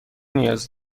نیاز